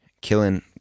killing